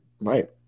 right